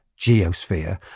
geosphere